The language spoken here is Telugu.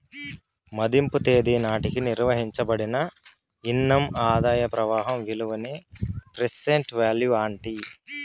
మదింపు తేదీ నాటికి నిర్వయించబడిన ఇన్కమ్ ఆదాయ ప్రవాహం విలువనే ప్రెసెంట్ వాల్యూ అంటీ